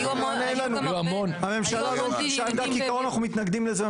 אנחנו מתנגדים לזה.